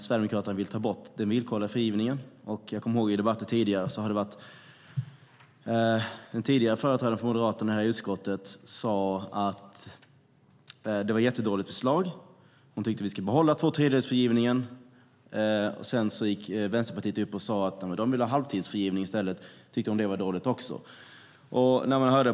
Sverigedemokraterna vill ta bort den villkorliga frigivningen. I tidigare debatter har den moderate företrädaren i utskottet sagt att det är ett dåligt förslag och att tvåtredjedelsfrigivningen ska behållas. Sedan har Vänsterpartiet sagt att man vill ha halvtidsfrigivning i stället, och det tyckte den moderate företrädaren också var dåligt.